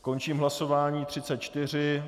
Končím hlasování 34.